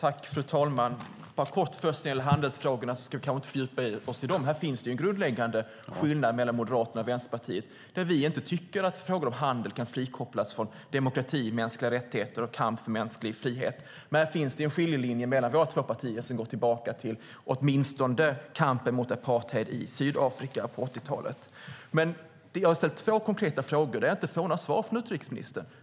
Fru talman! Jag ska först säga något kort om handelsfrågorna. Vi ska kanske inte fördjupa oss i dem, men här finns en grundläggande skillnad mellan Moderaterna och Vänsterpartiet. Vi tycker inte att frågor om handel kan frikopplas från demokrati, mänskliga rättigheter och kamp för mänsklig frihet. Här finns en skiljelinje mellan våra två partier som går tillbaka till åtminstone kampen mot apartheid i Sydafrika på 80-talet. Jag har ställt två konkreta frågor som jag inte får några svar på från utrikesministern.